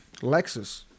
Lexus